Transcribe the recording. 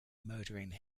murdering